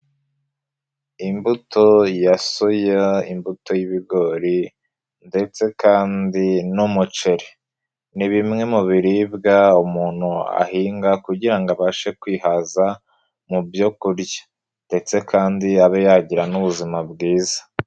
Imbuto ya soya, imbuto y'ibigori ndetse kandi n'umuceri, ni bimwe mu biribwa umuntu ahinga kugira ngo abashe kwihaza, mu byo kurya ndetse kandi abe yagira n'ubuzima bwiza.